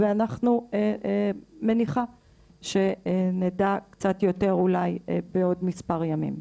ואני מניחה שאנחנו נדע קצת יותר אולי בעוד מספר ימים.